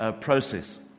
process